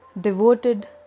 devoted